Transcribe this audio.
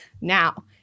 Now